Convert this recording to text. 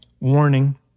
Warning